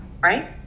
right